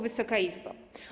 Wysoka Izbo!